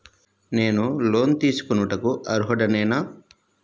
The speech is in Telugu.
నేను లోన్ తీసుకొనుటకు అర్హుడనేన?